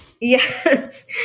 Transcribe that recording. Yes